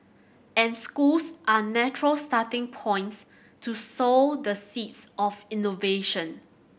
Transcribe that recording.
and schools are natural starting points to sow the seeds of innovation